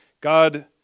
God